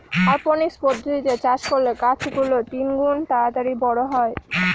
অরপনিক্স পদ্ধতিতে চাষ করলে গাছ গুলো তিনগুন তাড়াতাড়ি বড়ো হয়